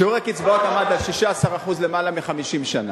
שיעור הקצבאות היה 16% יותר מ-50 שנה.